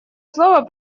слово